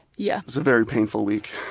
yeah was a very painful week.